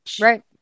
Right